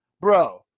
Bro